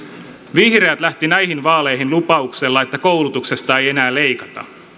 vihreät lähti näihin vaaleihin lupauksella että koulutuksesta ei enää leikata